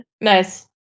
Nice